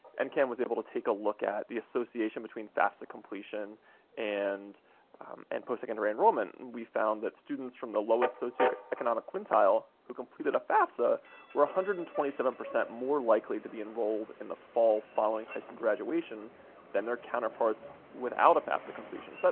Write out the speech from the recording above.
and ncan was able to take a look at the association between fafsa completion and and postsecondary enrollment. and we found that students from the lowest socioeconomic quintile who completed a fafsa were one hundred and twenty seven percent more likely to be enrolled in the fall following high school graduation than their counterparts without a fafsa completion. so,